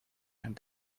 zijn